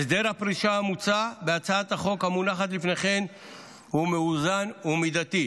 הסדר הפריסה המוצע בהצעת החוק המונחת לפניכם הוא מאוזן ומידתי.